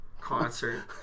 concert